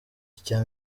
icya